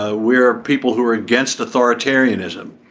ah we are people who are against authoritarianism.